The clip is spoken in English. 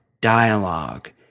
dialogue